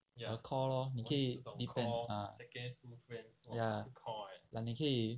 a core loh 你可以 depend ah ya like 你可以